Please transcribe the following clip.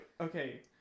Okay